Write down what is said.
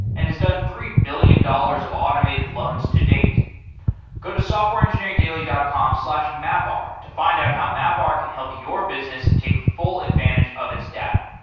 and has three billion dollars of automated loans to date go to softwareengineeringdaily dot com slash mapr to find out how mapr can help your business take full advantage of its data.